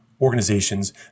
organizations